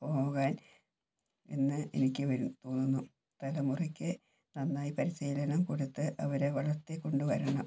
പോകാൻ എന്ന് എനിക്ക് തോന്നുന്നു തലമുറക്ക് നന്നായി പരിശീലനം കൊടുത്ത് അവരെ വളർത്തിക്കൊണ്ട് വരണം